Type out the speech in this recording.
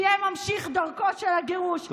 תהיה ממשיך דרכו של הגירוש,